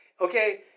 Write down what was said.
Okay